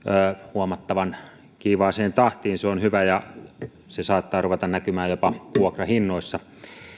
huomattavan kiivaaseen tahtiin se on hyvä ja se saattaa ruveta näkymään jopa vuokrahinnoissa